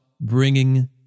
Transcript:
bringing